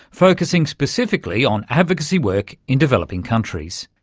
focussing specifically on advocacy work in developing countries.